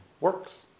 works